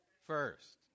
First